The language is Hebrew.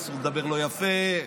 אסור לדבר לא יפה.